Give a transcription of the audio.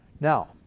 Now